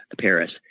Paris